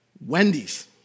Wendy's